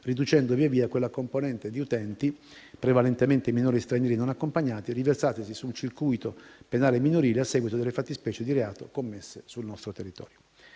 riducendo via via quella componente di utenti, prevalentemente i minori stranieri non accompagnati, riversatisi nel circuito penale minorile a seguito delle fattispecie di reato commesse sul nostro territorio.